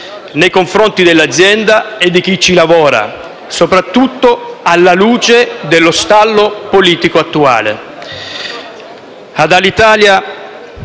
nei confronti dell'azienda e di chi ci lavora, soprattutto alla luce dello stallo politico attuale.